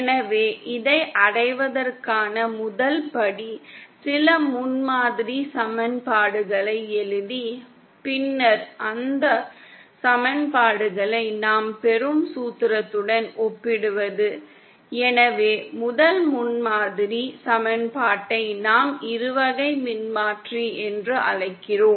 எனவே இதை அடைவதற்கான முதல் படி சில முன்மாதிரி சமன்பாடுகளை எழுதி பின்னர் அந்த சமன்பாடுகளை நாம் பெறும் சூத்திரத்துடன் ஒப்பிடுவது எனவே முதல் முன்மாதிரி சமன்பாட்டை நாம் இருவகை மின்மாற்றி என்று அழைக்கிறோம்